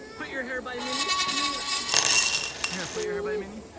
put your hair by minnie! you look just here, put your hair by minnie.